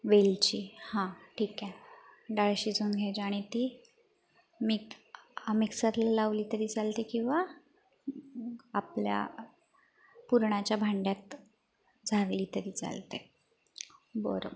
वेलची हा ठीक आहे डाळ शिजवून घ्यायची आणि ती मित मिक्सरला लावली तरी चालते किंवा आपल्या पुरणाच्या भांड्यात झारली तरी चालते बरं